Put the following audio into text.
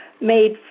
made